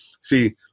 see